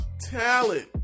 talent